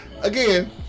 again